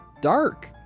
dark